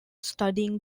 studying